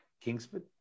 Kingsford